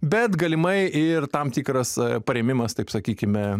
bet galimai ir tam tikras parėmimas taip sakykime